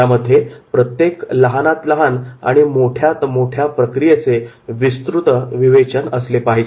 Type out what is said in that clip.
त्यामध्ये प्रत्येक लहानात लहान आणि मोठ्यात मोठ्या प्रक्रियेचे विस्तृत विवेचन असले पाहिजे